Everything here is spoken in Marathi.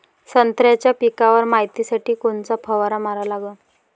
संत्र्याच्या पिकावर मायतीसाठी कोनचा फवारा मारा लागन?